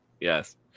Yes